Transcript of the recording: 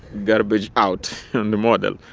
garbage out on the model.